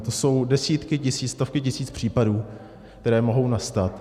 To jsou desítky tisíc, stovky tisíc případů, které mohou nastat.